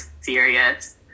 serious